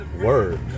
Word